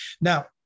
Now